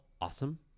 awesome